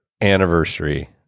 anniversary